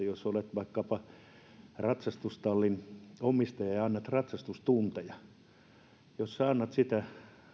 jos olet vaikkapa ratsastustallin omistaja ja annat ratsastustunteja niin jos sinä annat sitä